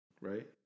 Right